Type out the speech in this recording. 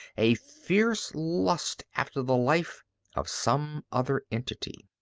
a fierce lust after the life of some other entity.